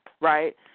right